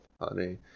honey